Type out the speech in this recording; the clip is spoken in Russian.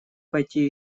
пойти